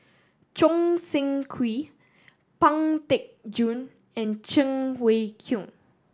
Choo Seng Quee Pang Teck Joon and Cheng Wai Keung